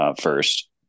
first